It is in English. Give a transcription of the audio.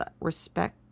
Respect